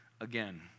again